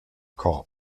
corp